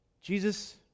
Jesus